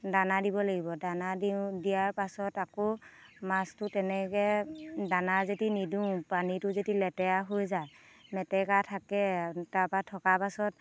দানা দিব লাগিব দানা দিওঁ দিয়াৰ পাছত আকৌ মাছটো তেনেকে দানা যদি নিদিওঁ পানীটো যদি লেতেৰা হৈ যায় মেটেকা থাকে তাৰ পৰা থকাৰ পাছত